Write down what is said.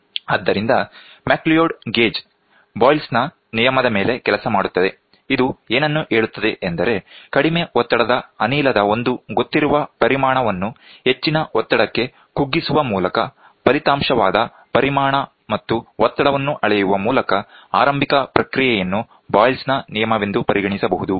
ಆದ್ದರಿಂದ McLeod gauge Boyle Boyles ನ ನಿಯಮದ ಮೇಲೆ ಕೆಲಸ ಮಾಡುತ್ತದೆ ಇದು ಏನನ್ನು ಹೇಳುತ್ತದೆ ಎಂದರೆ ಕಡಿಮೆ ಒತ್ತಡದ ಅನಿಲದ ಒಂದು ಗೊತ್ತಿರುವ ಪರಿಮಾಣವನ್ನು ಹೆಚ್ಚಿನ ಒತ್ತಡಕ್ಕೆ ಕುಗ್ಗಿಸುವ ಮೂಲಕ ಫಲಿತಾಂಶವಾದ ಪರಿಮಾಣ ಮತ್ತು ಒತ್ತಡವನ್ನು ಅಳೆಯುವ ಮೂಲಕ ಆರಂಭಿಕ ಪ್ರಕ್ರಿಯೆಯನ್ನು ಬೋಯ್ಲ್ ನ ನಿಯಮವೆಂದು ಪರಿಗಣಿಸಬಹುದು